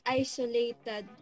isolated